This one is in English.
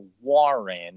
Warren